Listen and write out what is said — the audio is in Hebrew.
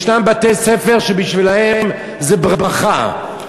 ישנם בתי-ספר שבשבילם זה ברכה,